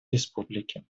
республики